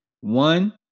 One